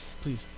Please